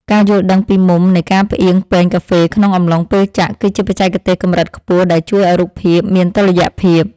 ការយល់ដឹងពីមុំនៃការផ្អៀងពែងកាហ្វេក្នុងអំឡុងពេលចាក់ គឺជាបច្ចេកទេសកម្រិតខ្ពស់ដែលជួយឱ្យរូបភាពមានតុល្យភាព។